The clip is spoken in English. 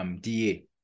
DA